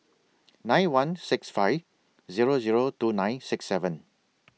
nine one six five Zero Zero two nine six seven